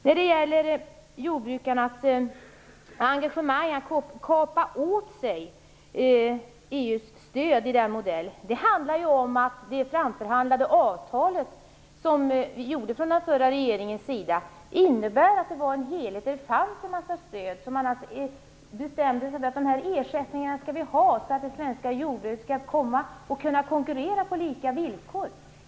När det gäller jordbrukarnas engagemang för att kapa åt sig EU:s stöd, handlar det om att det av den förra regeringen framförhandlade avtalet innebar en helhet och att det fanns en massa stöd. Man bestämde sig för att man skulle ha dessa ersättningar, så att det svenska jordbruket kan konkurrera på lika villkor.